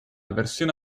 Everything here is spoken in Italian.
versione